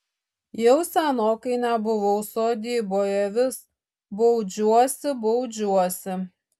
jau senokai nebuvau sodyboje vis baudžiuosi baudžiuosi